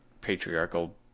patriarchal